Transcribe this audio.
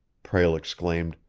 prale exclaimed.